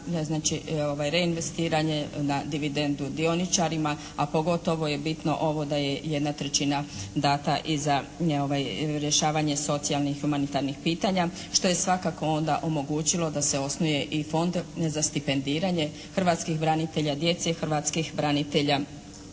znači reinvestiranje, na dividendu dioničarima, a pogotovo je bitno ovo da je jedna trećina dana i za rješavanje socijalnih humanitarnih pitanja što je svakako onda omogućilo da se osnuje i Fond za stipendiranje hrvatskih branitelja, djece hrvatskih branitelja